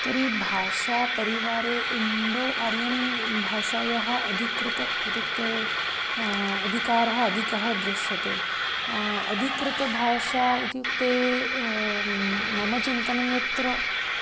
तर्हि भाषापरिवारे Indo Aryan भाषायाः अधिकृतम् इत्युक्ते अधिकारः अधिकः दृश्यते अधिकृतभाषा इत्युक्ते मम चिन्तनं यत्र